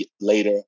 later